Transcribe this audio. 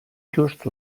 just